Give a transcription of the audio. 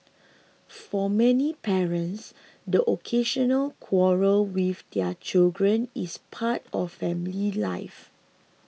for many parents the occasional quarrel with their children is part of family life